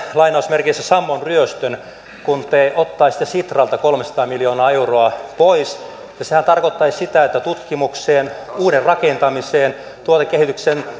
sammon ryöstön kun te ottaisitte sitralta kolmesataa miljoonaa euroa pois sehän tarkoittaisi sitä että tutkimukselta uuden rakentamiselta tuotekehitykseltä